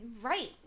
Right